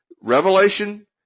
revelation